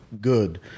good